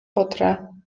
potra